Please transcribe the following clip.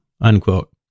unquote